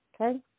Okay